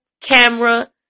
camera